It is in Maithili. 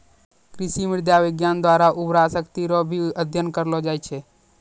कृषि मृदा विज्ञान द्वारा उर्वरा शक्ति रो भी अध्ययन करलो जाय छै